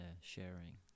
sharing